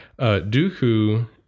Dooku